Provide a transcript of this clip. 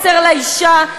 מסר לאישה,